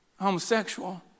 homosexual